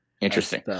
interesting